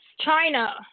China